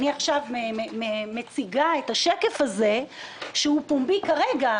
אני עכשיו מציגה את השקף הזה שהוא פומבי כרגע,